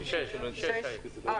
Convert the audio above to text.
שישה בעד.